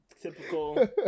Typical